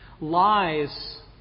Lies